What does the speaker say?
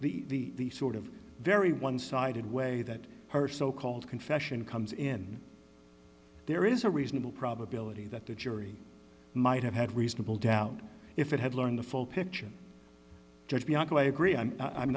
the sort of very one sided way that her so called confession comes in there is a reasonable probability that the jury might have had reasonable doubt if it had learned the full picture judge bianco i agree i'm i'm